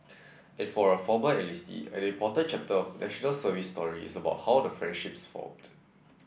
and for a former enlistee an important chapter of the National Service story is about the friendships formed